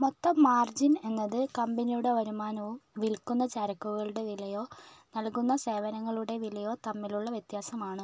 മൊത്തം മാർജിൻ എന്നത് കമ്പനിയുടെ വരുമാനവും വിൽക്കുന്ന ചരക്കുകളുടെ വിലയോ നൽകുന്ന സേവനങ്ങളുടെ വിലയോ തമ്മിലുള്ള വ്യത്യാസമാണ്